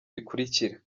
bikurikira